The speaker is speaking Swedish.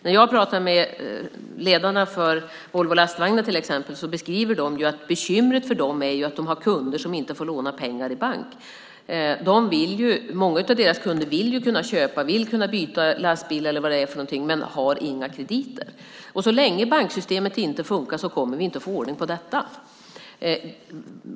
När jag pratar med till exempel ledarna för Volvo Lastvagnar beskriver de att bekymret för dem är att de har kunder som inte får låna pengar i bank. Många av deras kunder vill kunna köpa, vill kunna byta lastbil eller vad det är för någonting, men de har inga krediter. Så länge banksystemet inte funkar kommer vi inte att få ordning på detta.